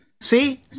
See